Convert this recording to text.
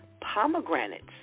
pomegranates